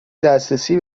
دسترسی